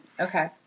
Okay